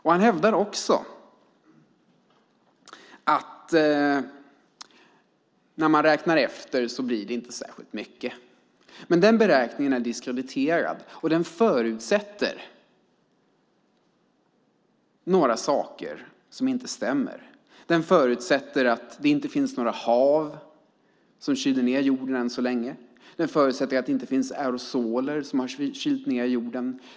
Vidare hävdar han att när man räknar efter blir det inte särskilt mycket. Den beräkningen är dock diskvalificerad eftersom den förutsätter några saker som inte stämmer. Den förutsätter att det inte finns några hav som kyler ned jorden. Den förutsätter att det inte finns aerosoler som kyler ned jorden.